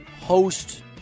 host